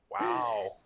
wow